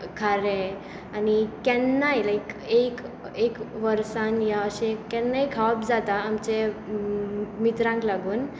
खारें आनी केन्नाय लायक एक एक वर्सान वा अशें केन्नाय खावप जाता आमचे मित्रांक लागून